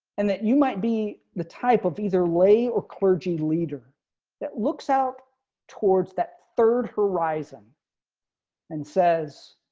and that you might be the type of either lay or clergy leader that looks out towards that third horizon and says,